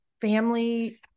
family